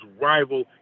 rival